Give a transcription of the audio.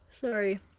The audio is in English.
sorry